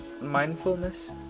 Mindfulness